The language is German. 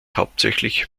hauptsächlich